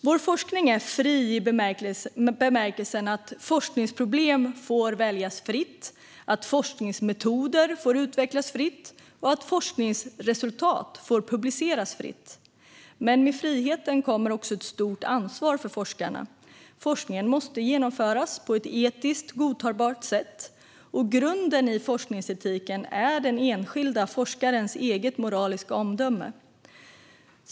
Vår forskning är fri i bemärkelsen att forskningsproblem får väljas fritt, att forskningsmetoder får utvecklas fritt och att forskningsresultat får publiceras fritt. Men med friheten kommer ett stort ansvar för forskarna. Forskningen måste genomföras på ett etiskt godtagbart sätt, och grunden i forskningsetiken är den enskilda forskarens eget moraliska omdöme.